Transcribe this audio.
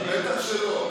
בטח שלא,